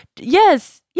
Yes